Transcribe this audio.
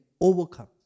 overcome